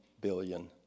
billion